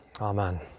amen